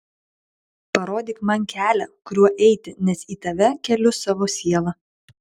parodyk man kelią kuriuo eiti nes į tave keliu savo sielą